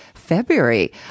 February